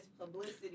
publicity